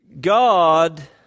god